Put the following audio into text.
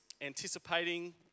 anticipating